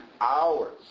hours